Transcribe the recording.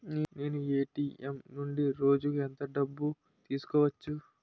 నేను ఎ.టి.ఎం నుండి రోజుకు ఎంత డబ్బు తీసుకోవచ్చు?